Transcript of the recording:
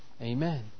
Amen